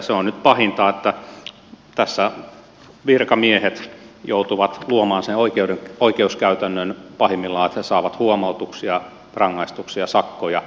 se on nyt pahinta että tässä virkamiehet joutuvat luomaan sen oikeuskäytännön pahimmillaan että he saavat huomautuksia rangaistuksia sakkoja